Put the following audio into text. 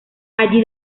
allí